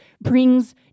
brings